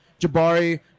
Jabari